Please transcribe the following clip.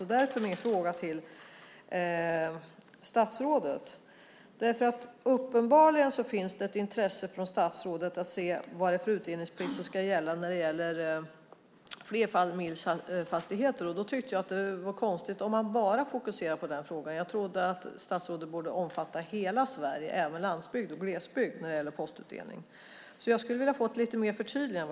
Uppenbarligen finns det ett intresse hos statsrådet att se vad det är för utdelningsplikt som ska gälla i flerfamiljsfastigheter. Jag tyckte att det var konstigt att bara fokusera på den frågan, därav min fråga. Jag trodde att hela Sverige skulle omfattas när det gäller postutdelningen, även lands och glesbygd.